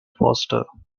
foster